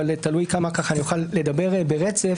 אבל תלוי כמה אני אוכל לדבר ברצף